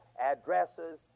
addresses